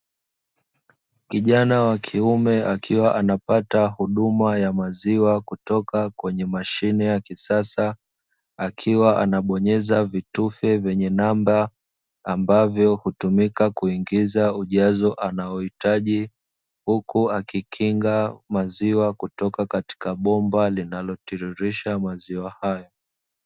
Kijana wa kiume akiwa anapata huduma ya maziwa kutoka kwenye mashine ya kisasa, akiwa anabonyeza vitufe vyenye namba ambavyo hutumika kuingiza ujazo anaohitaji, huku akikinga maziwa kutoka katika bomba linalotiririsha maziwa hayo.